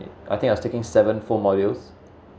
I think I was taking seven full modules